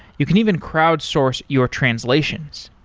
you can even crowd source your translations.